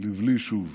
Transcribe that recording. לבלי שוב.